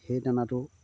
সেই দানাটো